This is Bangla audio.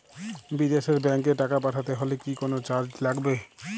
বিদেশের ব্যাংক এ টাকা পাঠাতে হলে কি কোনো চার্জ লাগবে?